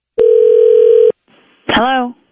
Hello